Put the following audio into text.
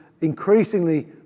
increasingly